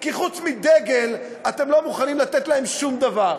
כי חוץ מדגל אתם לא מוכנים לתת להם שום דבר.